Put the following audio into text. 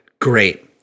great